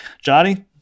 Johnny